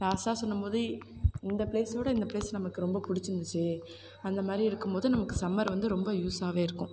லாஸ்ட்டாக சொல்லும்போது இந்த ப்ளேஸோடய இந்த ப்ளேஸ் நமக்கு ரொம்ப பிடிச்சிருந்துச்சு அந்தமாதிரி இருக்கும்போது நமக்கு சம்மர் வந்து ரொம்ப யூஸாகவே இருக்கும்